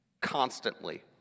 constantly